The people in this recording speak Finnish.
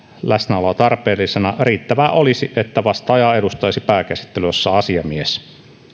läsnäoloa tarpeellisena riittävää olisi että vastaajaa edustaisi pääkäsittelyssä asiamies